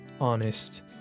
honest